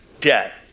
debt